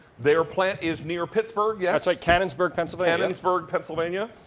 their plant is near pittsburgh. yeah like canonsburg, pennsylvania. canonsburg, pennsylvania.